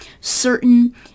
certain